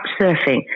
surfing